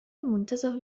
المنتزه